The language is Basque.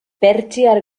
pertsiar